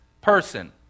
person